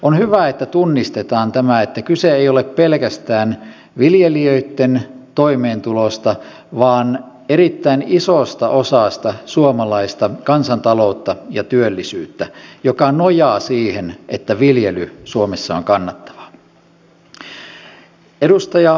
on hyvä että tunnistetaan tämä että kyse ei ole pelkästään viljelijöitten toimeentulosta vaan erittäin isosta osasta suomalaista kansantaloutta ja työllisyyttä joka nojaa siihen että viljely suomessa on kannattavaa